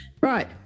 Right